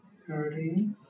thirty